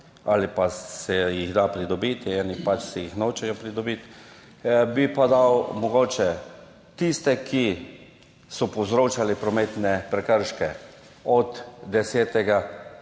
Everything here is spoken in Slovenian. ali pa se jih da pridobiti, eni si jih pač nočejo pridobiti. Bi pa dal mogoče tiste, ki so povzročali prometne prekrške od 10. pa